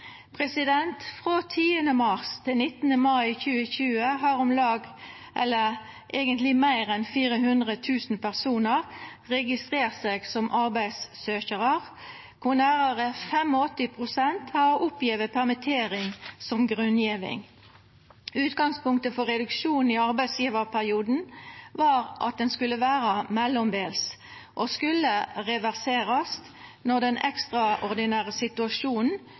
Frå 10. mars til 19. mai 2020 har meir enn 400 000 personar registrert seg som arbeidssøkjarar, der nærare 85 pst. har oppgjeve permittering som grunn. Utgangspunktet for reduksjon i arbeidsgjevarperioden var at han skulle vera mellombels og skulle reverserast når den ekstraordinære situasjonen